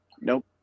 nope